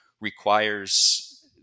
requires